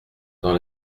dans